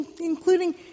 including